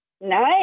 Nice